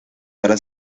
para